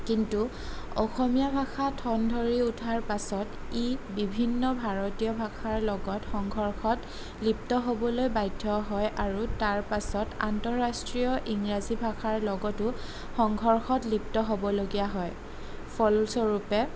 কিন্তু অসমীয়া ভাষা ঠন ধৰি উঠাৰ পাছত ই বিভিন্ন ভাৰতীয় ভাষাৰ লগত সংঘৰ্ষত লিপ্ত হ'বলৈ বাধ্য হয় আৰু তাৰপাছত আন্তঃৰাষ্ট্ৰীয় ইংৰাজী ভাষাৰ লগতো সংঘৰ্ষত লিপ্ত হ'বলগীয়া হয় ফলস্বৰূপে